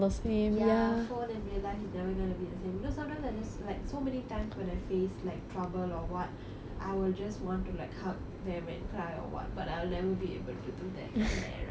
ya phone and real life it's never gonna be the same you know sometimes I just like so many times when I face like trouble or what I will just want to like hug them and cry or what but I'll never be able to do that from there right